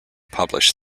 published